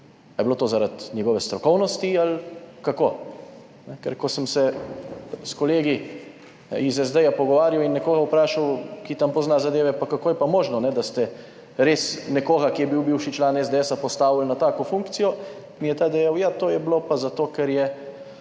je bilo to zaradi njegove strokovnosti ali kako? Ker, ko sem se s kolegi iz SD pogovarjal in nekoga vprašal, ki tam pozna zadeve, pa kako je pa možno, da ste res nekoga, ki je bil bivši član SDS, postavili na tako funkcijo, mi je dejal, ja, to je bilo pa zato, ker je